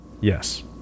Yes